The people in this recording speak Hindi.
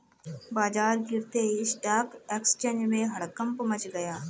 बाजार गिरते ही स्टॉक एक्सचेंज में हड़कंप मच गया